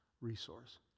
resource